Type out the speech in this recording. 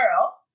girl